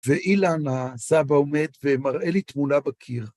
ואילן, הסבא, עומד ומראה לי תמונה בקיר.